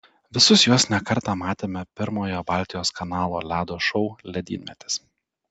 visus juos ne kartą matėme pirmojo baltijos kanalo ledo šou ledynmetis